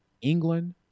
England